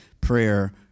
prayer